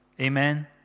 Amen